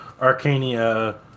Arcania